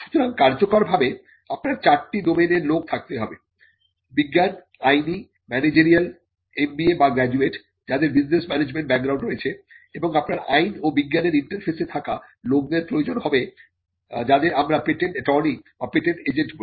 সুতরাং কার্যকরভাবে আপনার চারটি ডোমেইনের লোক থাকতে হবে বিজ্ঞান আইনি ম্যানেজারিয়াল MBA বা গ্রাজুয়েট যাদের বিজনেস ম্যানেজমেন্ট ব্যাকগ্রাউন্ড রয়েছে এবং আপনার আইন ও বিজ্ঞানের ইন্টারফেসে থাকা লোকদের প্রয়োজন হবে যাদের আমরা পেটেন্ট এটর্নি বা পেটেন্ট এজেন্ট বলি